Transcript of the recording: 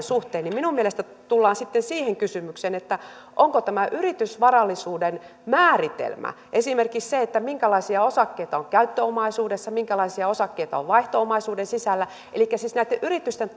suhteen niin minun mielestäni tullaan sitten siihen kysymykseen onko tämä yritysvarallisuuden määritelmä esimerkiksi se minkälaisia osakkeita on käyttöomaisuudessa minkälaisia osakkeita on vaihto omaisuuden sisällä elikkä onko siis näitten yritysten